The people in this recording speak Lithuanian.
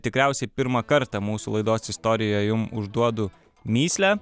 tikriausiai pirmą kartą mūsų laidos istorijoje jum užduodu mįslę